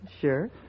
Sure